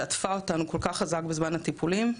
שעטפה אותנו כל כך חזק בזמן הטיפולים,